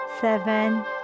seven